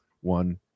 one